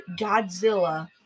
Godzilla